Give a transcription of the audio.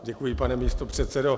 Děkuji, pane místopředsedo.